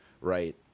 right